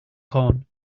corn